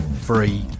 free